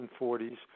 1940s